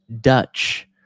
dutch